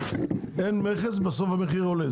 אין מכס ובסוף המחיר עולה.